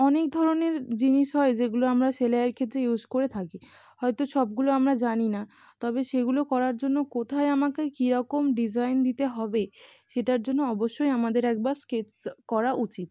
অনেক ধরনের জিনিস হয় যেগুলো আমরা সেলাইয়ের ক্ষেত্রে ইউজ করে থাকি হয়তো সবগুলো আমরা জানি না তবে সেগুলো করার জন্য কোথায় আমাকে কীরকম ডিজাইন দিতে হবে সেটার জন্য অবশ্যই আমাদের একবার স্কেচ করা উচিত